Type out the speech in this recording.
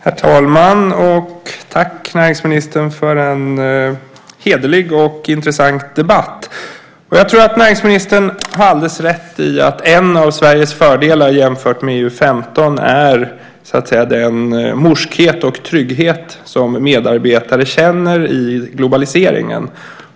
Herr talman! Tack, näringsministern, för en hederlig och intressant debatt. Jag tror att näringsministern har alldeles rätt i att en av Sveriges fördelar jämfört med EU 15 är den morskhet och trygghet som medarbetare känner i globaliseringen.